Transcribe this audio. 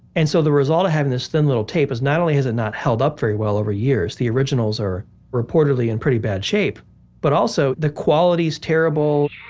and so the result of having this thin little tape is not only has it not held up very well over the years, the originals are reportedly in pretty bad shape but also, the quality is terrible,